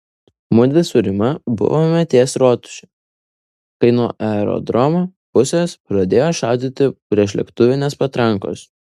mudvi su rima buvome ties rotuše kai nuo aerodromo pusės pradėjo šaudyti priešlėktuvinės patrankos